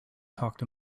talked